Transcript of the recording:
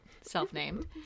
self-named